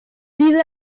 diese